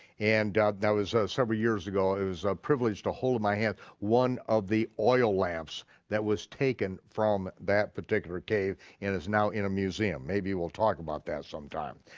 and that was several years ago, it was a privilege to hold in my hand one of the oil lamps that was taken from that particular cave and is now in a museum. maybe we'll talk about that sometime.